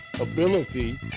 ability